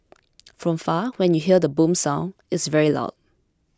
from far when you hear the boom sound it's very loud